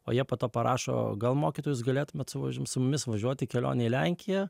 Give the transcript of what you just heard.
o jie po to parašo gal mokytojau jūs galėtumėt savo su mumis važiuotiį kelionę į lenkiją